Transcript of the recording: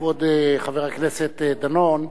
כבוד חבר הכנסת דנון,